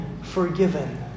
forgiven